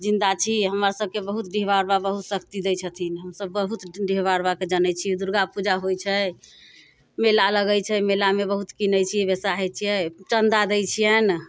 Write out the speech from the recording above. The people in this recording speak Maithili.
जिन्दा छी जे हमरा सभ बहुत डिहबार बाबा बहुत शक्ति दै छथिन हमसभ बहुत डिहबार बाबाके जानै छी दुर्गापूजा होइ छै मेला लगै छै मेलामे बहुत किनै छी बेसाहै छियै चन्दा दै छियनि